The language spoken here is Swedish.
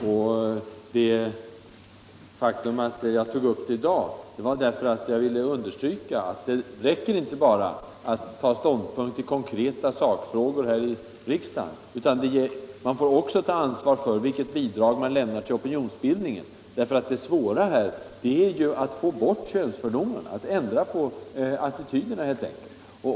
Orsaken till att jag tog upp den här frågan i dag var att jag ville understryka att det inte räcker att bara ta ståndpunkter i konkreta sakfrågor här i riksdagen, utan man får också ta ansvar för vilket bidrag man lämnar till opinionsbildningen. Det svåra här är ju att få bort könsfördomarna, att ändra attityderna helt enkelt.